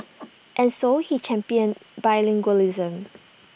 and so he championed bilingualism